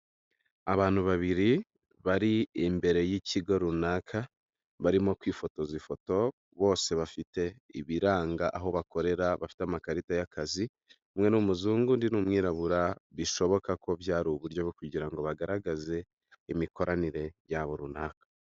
Abantu babiri bari imbere y'ikigo runaka barimo kwifotoza ifoto, bose bafite ibiranga aho bakorera bafite amakarita y'akazi, umwe ni umuzungu undi ni umwirabura bishoboka ko byari uburyo kugira ngo bagaragaze imikoranire yabo runaka.